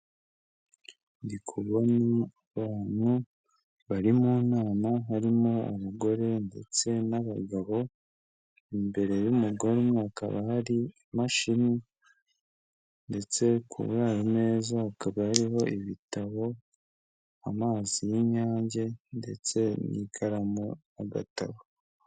Ndi kubona abantu bari mu nama, harimo umugore ndetse n'abagabo, imbere y'umugore hakaba hari imashini ndetse kuri ayo meza hakaba hariho ibitabo, amazi y'Inyange ndetse n'ikaramu n'agatabo.